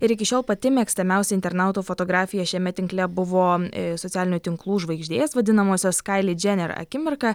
ir iki šiol pati mėgstamiausia internautų fotografija šiame tinkle buvo socialinių tinklų žvaigždės vadinamosios kaili džener akimirka